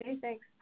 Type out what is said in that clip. thanks